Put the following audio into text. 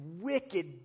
wicked